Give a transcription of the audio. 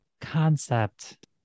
concept